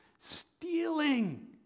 Stealing